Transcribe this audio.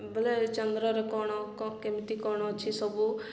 ବୋଇଲେ ଚନ୍ଦ୍ରରେ କ'ଣ କେମିତି କ'ଣ ଅଛି ସବୁ